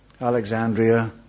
Alexandria